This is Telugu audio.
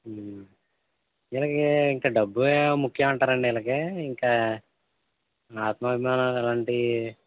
వీళ్ళకి ఇంక డబ్బే ముఖ్యం అంటారా అండి ఇళ్ళకి ఇంకా